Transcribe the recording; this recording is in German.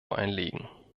einlegen